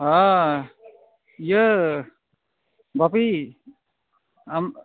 ᱦᱮᱸ ᱤᱭᱟᱹ ᱵᱟᱯᱤ ᱟᱢ